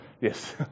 Yes